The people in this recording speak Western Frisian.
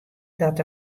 dat